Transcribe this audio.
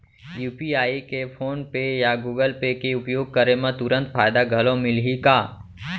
UPI के PhonePe या Google Pay के उपयोग करे म तुरंत फायदा घलो मिलही का?